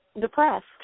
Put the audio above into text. Depressed